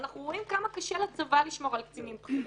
אנחנו רואים כמה קשה לצבא לשמור על קצינים בכירים,